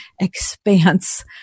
expanse